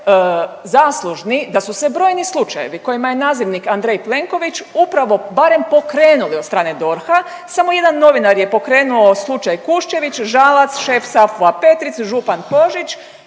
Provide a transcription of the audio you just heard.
zaslužni da su se brojni slučajevi kojima je nazivnik Andrej Plenković upravo barem pokrenuli od strane DORH-a. Samo jedan novinar je pokrenuo slučaj Kušćević, Žalac, šef SAFU-a Petric, župan Kožić.